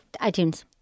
iTunes